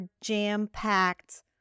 jam-packed